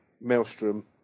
Maelstrom